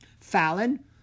Fallon